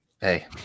Hey